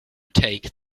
take